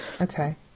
Okay